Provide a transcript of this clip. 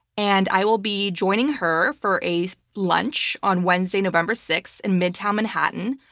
and i will be joining her for a lunch on wednesday, november six in midtown manhattan.